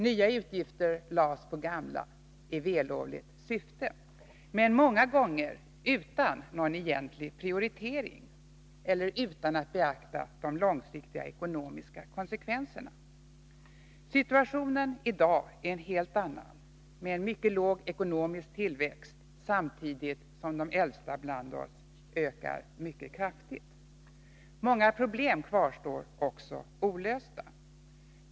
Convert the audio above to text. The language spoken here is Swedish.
Nya utgifter lades på gamla, i vällovligt nit men många gånger utan någon egentlig prioritering eller utan beaktande av de långsiktiga ekonomiska konsekvenserna. Situationen är i dag en helt annan, med en mycket låg ekonomisk tillväxt samtidigt som de äldsta bland oss ökar mycket kraftigt i antal. Många problem kvarstår också olösta.